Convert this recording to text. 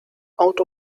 out